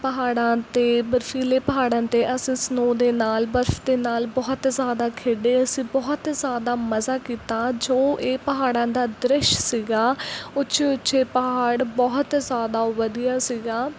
ਪਹਾੜਾਂ 'ਤੇ ਬਰਫੀਲੇ ਪਹਾੜਾਂ 'ਤੇ ਅਸੀਂ ਸਨੋਅ ਦੇ ਨਾਲ ਬਰਫ਼ ਦੇ ਨਾਲ ਬਹੁਤ ਜ਼ਿਆਦਾ ਖੇਡੇ ਅਸੀਂ ਬਹੁਤ ਜ਼ਿਆਦਾ ਮਜ਼ਾ ਕੀਤਾ ਜੋ ਇਹ ਪਹਾੜਾਂ ਦਾ ਦ੍ਰਿਸ਼ ਸੀਗਾ ਉੱਚੇ ਉੱਚੇ ਪਹਾੜ ਬਹੁਤ ਜ਼ਿਆਦਾ ਵਧੀਆ ਸੀਗਾ